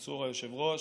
היושב-ראש,